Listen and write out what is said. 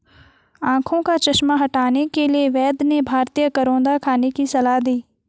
आंखों का चश्मा हटाने के लिए वैद्य ने भारतीय करौंदा खाने की सलाह दी